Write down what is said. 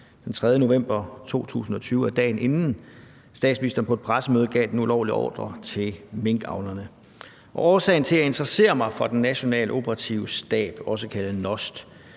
Den 3. november 2020 er dagen inden, statsministeren på et pressemøde gav den ulovlige ordre til minkavlerne. Årsagen til, at jeg interesserer mig for Den Nationale Operative Stab, også kaldet NOST,